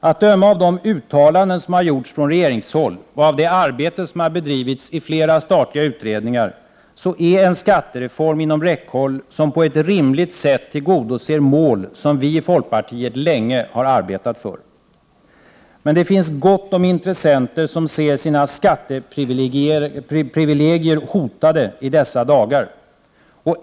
Att döma av de uttalanden som har gjorts från regeringshåll, och av det arbete som har bedrivits i flera statliga utredningar, är en skattereform inom räckhåll som på ett rimligt sätt tillgodoser mål som vi i folkpartiet länge har arbetat för. Men det finns gott om intressenter som ser sina skatteprivilegier hotade i dessa dagar.